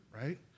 right